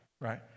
right